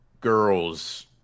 girls